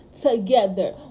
together